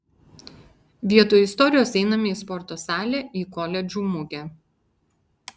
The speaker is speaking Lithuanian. vietoj istorijos einame į sporto salę į koledžų mugę